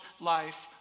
life